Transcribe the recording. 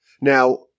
Now